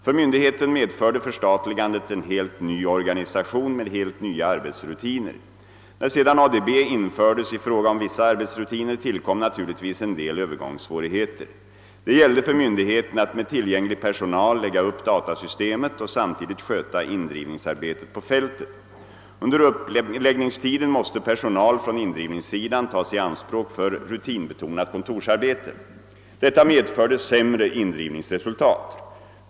För myndigheten medförde förstatligandet en helt ny organisation med helt nya arbetsrutiner. När sedan ADB infördes i fråga om vissa arbetsrutiner tillkom naturligtvis en del övergångssvårigheter. Det gällde för myndigheten att med tillgänglig personal lägga upp datasystemet och samtidigt sköta indrivningsarbetet på fältet. Under uppläggningstiden måste personal från indrivningssidan tas i anspråk för rutinbetonat kontorsarbete. Detta medförde sämre indrivningsresultat.